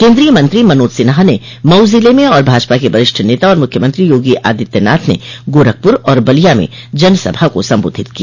केन्द्रीय मंत्री मनोज सिन्हा ने मऊ जिले में और भाजपा के वरिष्ठ नता एवं मुख्यमंत्री योगी आदित्यनाथ ने गोरखपुर और बलिया में जनसभा को संबोधित किया